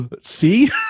See